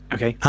Okay